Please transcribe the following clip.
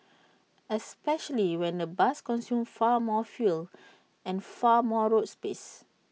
especially when A bus consumes far more fuel and far more road space